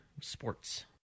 Sports